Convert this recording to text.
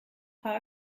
paar